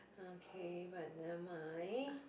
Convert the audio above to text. okay but never mind